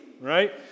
right